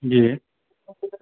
जी